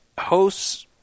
hosts